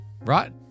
Right